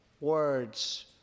words